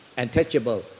untouchable